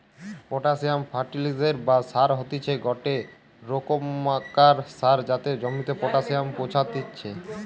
potassium ফার্টিলিসের বা সার হতিছে গটে রোকমকার সার যাতে জমিতে পটাসিয়াম পৌঁছাত্তিছে